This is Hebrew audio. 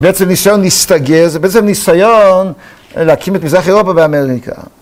‫בעצם ניסיון להקים את ‫מזרח אירופה באמריקה.